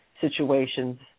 situations